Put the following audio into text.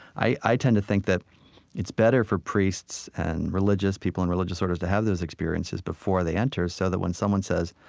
i i tend to think that it's better for priests and religious people and religious orders to have those experiences before they enter, so that when someone says,